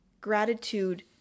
gratitude